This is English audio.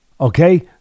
Okay